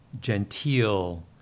genteel